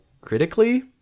critically